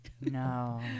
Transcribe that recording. no